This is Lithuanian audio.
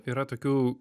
yra tokių